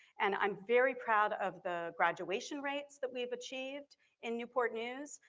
and i'm very proud of the graduation rates that we've achieved in newport news,